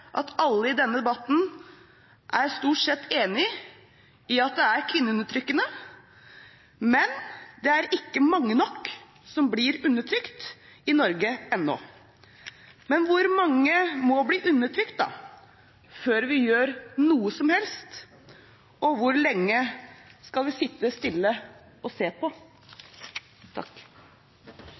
at alle i denne debatten stort sett er enig i at heldekkende plagg er kvinneundertrykkende, men det er ikke mange nok som blir undertrykt i Norge ennå! Hvor mange må egentlig bli undertrykt før vi gjør noe som helst, og hvor lenge skal vi sitte stille og se på?